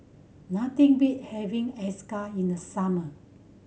nothing beat having acar in the summer